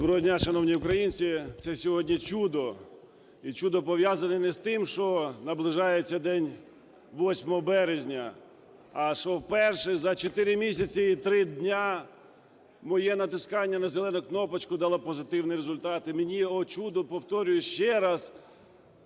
Доброго дня, шановні українці! Це сьогодні чудо і чудо пов'язане не з тим, що наближається День 8 березня, а що вперше за 4 місяці і 3 дня моє натискання на зелену кнопочку дало позитивний результат. І мені, о чудо, повторюю ще раз,